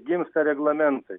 gimsta reglamentai